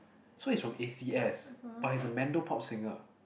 so he's from A_C_S but he's a Mando-pop singer